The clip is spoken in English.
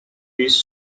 fish